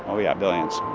oh, yeah. billions